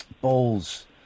Balls